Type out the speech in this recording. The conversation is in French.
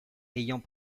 ayant